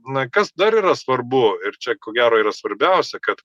na kas dar yra svarbu ir čia ko gero yra svarbiausia kad